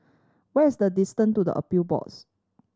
what is the distance to the Appeal Boards